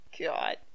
God